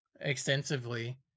extensively